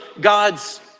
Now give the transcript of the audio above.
God's